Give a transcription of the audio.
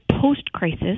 post-crisis